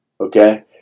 okay